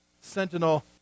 Sentinel